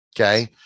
okay